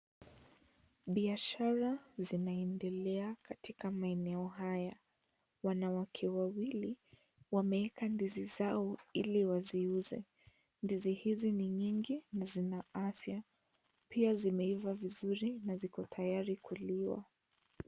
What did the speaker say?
Biashara zinaendelea katika maeneo haya . Wanawake wawili wameeka ndizi zao ili waziuze. Ndizi hizi ni nyingi na zina afya ,pia zimeiva vizuri na ziko tayari kuliwa.